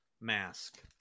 mask